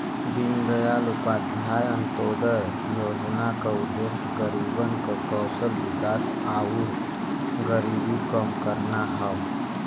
दीनदयाल उपाध्याय अंत्योदय योजना क उद्देश्य गरीबन क कौशल विकास आउर गरीबी कम करना हौ